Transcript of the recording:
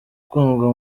ikundwa